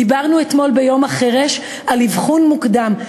דיברנו אתמול ביום החירש על אבחון מוקדם,